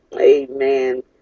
Amen